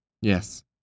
Yes